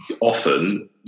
often